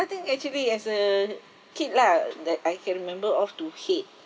actually as a kid lah that I can remember of to hate